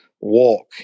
walk